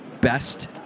best